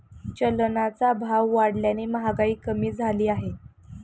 चलनाचा भाव वाढल्याने महागाई कमी झाली आहे